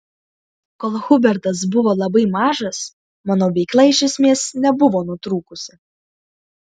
kol hubertas buvo labai mažas mano veikla iš esmės nebuvo nutrūkusi